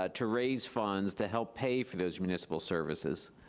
ah to raise funds to help pay for those municipal services.